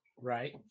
Right